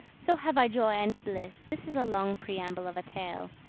so have i joy and bliss, this is a long preamble of a tale.